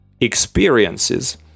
experiences